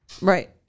Right